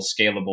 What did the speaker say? scalable